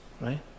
Right